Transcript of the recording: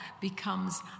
becomes